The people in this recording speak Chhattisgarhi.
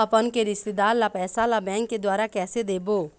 अपन के रिश्तेदार ला पैसा ला बैंक के द्वारा कैसे देबो?